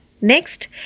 Next